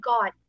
God